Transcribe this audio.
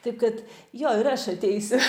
taip kad jo ir aš ateisiu